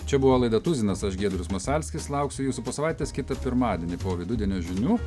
čia buvo laida tuzinas aš giedrius masalskis lauksiu jūsų po savaitės kitą pirmadienį po vidudienio žinių